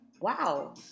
wow